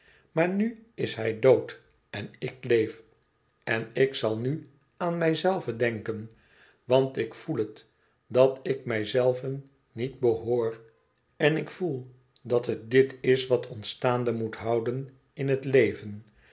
maar nu is hij dood en ik leef en ik zal nu aan mijzelven denken want ik voel het dat ik mijzelven niet behoor en ik voel dat het dit is wat ons staande moet houden in het leven